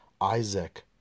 Isaac